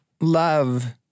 love